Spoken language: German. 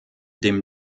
dem